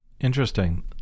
Interesting